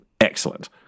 Excellent